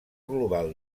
global